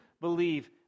believe